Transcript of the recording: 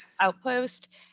outpost